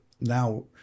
now